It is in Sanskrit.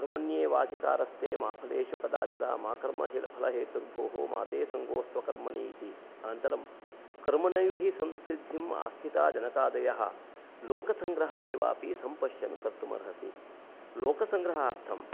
कर्मण्येवाधिकारस्ते मा फलेषु कदाचन मा कर्मफलहेतुर्भूर्मा ते सङ्गोऽस्त्वकर्मणि इति अनन्तरं कर्मणैव हि संसिद्धिमास्थिता जनकादयः लोकसङ्ग्रहमेवापि संपश्यन्कर्तुमर्हसि लोकसङ्ग्रहार्थं